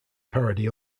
parody